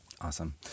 Awesome